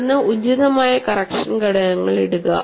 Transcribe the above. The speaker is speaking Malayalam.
തുടർന്ന് ഉചിതമായ കറക്ഷൻ ഘടകങ്ങൾ ഇടുക